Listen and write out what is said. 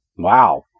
Wow